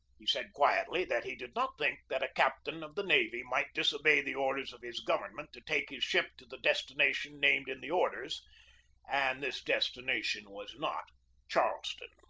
he said quietly that he did not think that a captain of the navy might disobey the orders of his government to take his ship to the destination named in the orders and this destination was not charleston.